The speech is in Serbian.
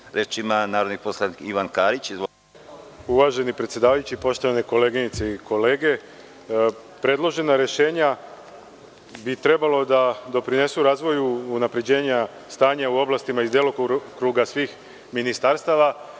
Ivan Karić. Izvolite. **Ivan Karić** Uvaženi predsedavajući, poštovane koleginice i kolege, predložena rešenja bi trebalo da doprinesu razvoju unapređenja stanja u oblastima iz delokruga svih ministarstava